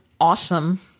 awesome